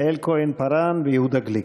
יעל כהן-פארן ויהודה גליק.